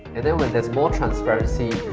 and then when there's more transparency,